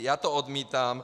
Já to odmítám.